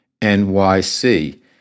NYC